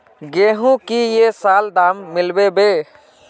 गेंहू की ये साल दाम मिलबे बे?